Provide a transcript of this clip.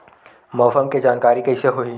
मौसम के जानकारी कइसे होही?